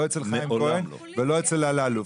לא אצל חיים כץ ולא אצל אללוף,